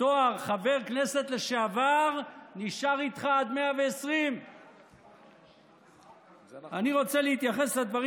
התואר חבר כנסת לשעבר נשאר איתך עד 120. אני רוצה להתייחס לדברים